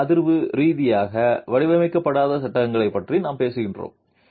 நில அதிர்வு ரீதியாக வடிவமைக்கப்படாத சட்டங்களைப் பற்றி நாம் பேசுகிறோம்